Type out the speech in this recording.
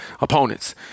opponents